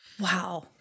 Wow